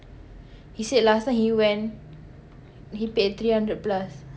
he said last time he went he paid three hundred plus